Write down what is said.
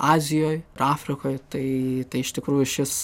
azijoj ir afrikoj tai tai iš tikrųjų šis